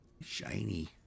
Shiny